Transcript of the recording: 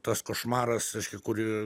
tas košmaras kurį